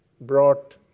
brought